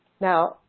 Now